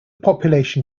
population